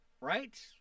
right